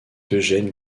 d’eugène